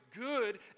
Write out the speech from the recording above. good